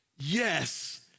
Yes